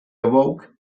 awoke